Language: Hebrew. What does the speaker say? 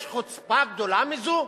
יש חוצפה גדולה מזו?